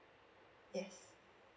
yes